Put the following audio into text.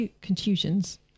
contusions